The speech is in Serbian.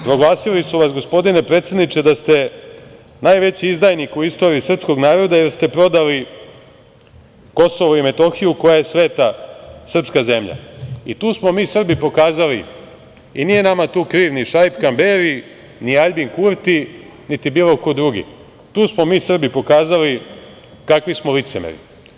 Proglasili su vas, gospodine predsedniče, da ste najveći izdajnik u istoriji srpskog naroda jer ste prodali Kosovo i Metohiju koja je sveta srpska zemlja i tu smo mi Srbi pokazali, i nije nama tu kriv ni Šaip Kamberi, ni Aljbin Kurti, niti bilo ko drugi, kakvi smo licemeri.